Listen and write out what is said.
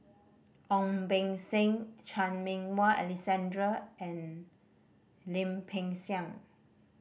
Ong Beng Seng Chan Meng Wah Alexander and Lim Peng Siang